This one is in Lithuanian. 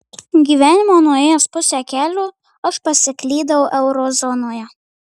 gyvenimo nuėjęs pusę kelio aš pasiklydau eurozonoje